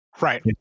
right